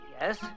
yes